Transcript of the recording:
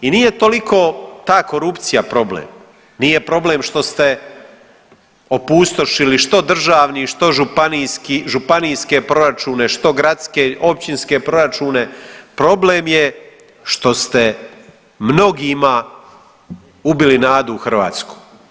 I nije toliko da korupcija problem, nije problem što ste opustošili što državni, što županijske proračune, što gradske, općinske proračune, problem je što ste mnogima ubili nadu u Hrvatsku.